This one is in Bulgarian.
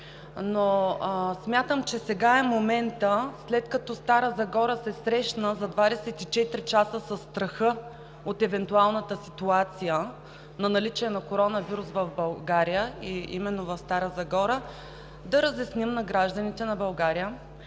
Но смятам, че сега е моментът, след като Стара Загора се срещна за 24 часа със страха от евентуалната ситуация на наличие на коронавирус в България, и именно в Стара Загора, да разясним на гражданите на България